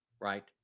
Right